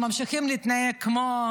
ממשיכים להתנהג כמו